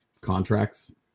contracts